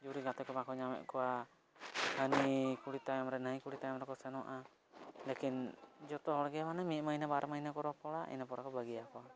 ᱡᱩᱨᱤ ᱜᱟᱛᱮ ᱠᱚ ᱵᱟᱠᱚ ᱧᱟᱢᱮᱫ ᱠᱚᱣᱟ ᱦᱟᱹᱱᱤ ᱠᱩᱲᱤ ᱛᱟᱭᱚᱢᱨᱮ ᱱᱷᱟᱹᱭ ᱠᱩᱲᱤ ᱛᱟᱭᱚᱢᱨᱮ ᱠᱚ ᱥᱮᱱᱚᱜᱼᱟ ᱞᱮᱠᱤᱱ ᱡᱚᱛᱚ ᱦᱚᱲᱜᱮ ᱢᱟᱱᱮ ᱢᱤᱫ ᱢᱟᱦᱤᱱᱟᱹ ᱵᱟᱨ ᱢᱟᱦᱤᱱᱟᱹ ᱠᱚ ᱨᱚᱯᱚᱲᱟ ᱤᱱᱟᱹᱯᱚᱨᱮ ᱠᱚ ᱵᱟᱜᱤ ᱟᱠᱚᱣᱟ